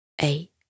eight